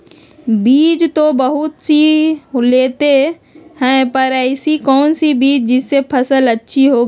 बीज तो बहुत सी लेते हैं पर ऐसी कौन सी बिज जिससे फसल अच्छी होगी?